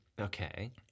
Okay